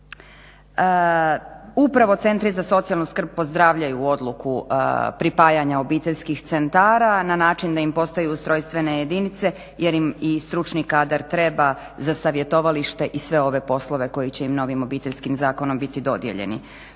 Upravo centri za socijalnu skrb pozdravljaju odluku pripajanja obiteljskih centara na način da im postaju ustrojstvene jedinice jer im i stručni kadar treba za savjetovalište i sve ove poslove koje će im novim obiteljskim zakonom dodijeljeni.